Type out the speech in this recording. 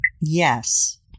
Yes